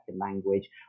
language